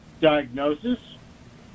diagnosis